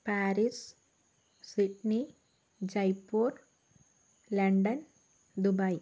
Paris Sydney Jaipur London Dubai